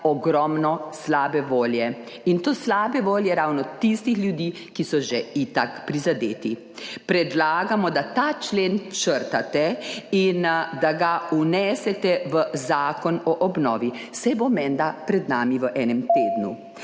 ogromno slabe volje in to slabe volje ravno tistih ljudi, ki so že itak prizadeti. Predlagamo, da ta člen črtate in, da ga vnesete v Zakon o obnovi, saj bo menda pred nami v enem tednu.